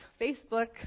Facebook